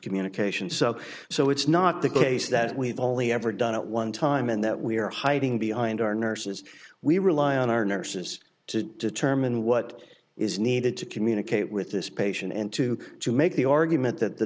communication so so it's not the case that we've only ever done at one time and that we are hiding behind our nurses we rely on our nurses to determine what is needed to communicate with this patient and to to make the argument that the